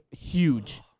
huge